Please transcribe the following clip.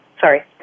Sorry